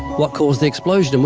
what caused the explosion, and